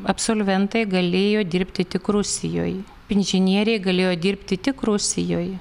absolventai galėjo dirbti tik rusijoj inžinieriai galėjo dirbti tik rusijoj